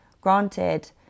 Granted